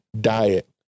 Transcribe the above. diet